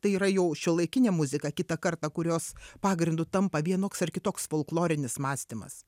tai yra jau šiuolaikinė muzika kitą kartą kurios pagrindu tampa vienoks ar kitoks folklorinis mąstymas